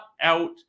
out